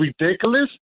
ridiculous